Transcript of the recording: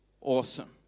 Awesome